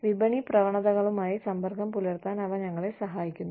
വിപണി പ്രവണതകളുമായി സമ്പർക്കം പുലർത്താൻ അവ ഞങ്ങളെ സഹായിക്കുന്നു